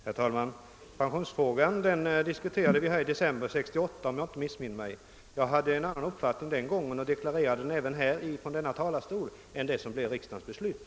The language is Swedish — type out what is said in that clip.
Herr talman! När riksdagsmännens pensionsfråga diskuterades i denna kammare i december 1968 hade jag en annan uppfattning än den som låg till grund för riksdagens beslut, något som jag också deklarerade från denna talarstol.